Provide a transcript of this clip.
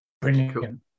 Brilliant